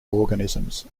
organisms